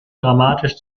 dramatisch